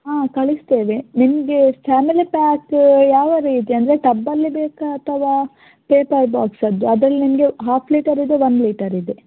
ಹಾಂ ಕಳಿಸ್ತೇವೆ ನಿಮಗೆ ಫ್ಯಾಮಿಲಿ ಪ್ಯಾಕ್ ಯಾವ ರೀತಿ ಅಂದರೆ ಟಬ್ಬಲ್ಲಿ ಬೇಕಾ ಅಥವಾ ಪೇಪರ್ ಬಾಕ್ಸದು ಅದ್ರಲ್ಲಿ ನಿಮಗೆ ಹಾಫ್ ಲೀಟರ್ ಇದೆ ಒನ್ ಲೀಟರ್ ಇದೆ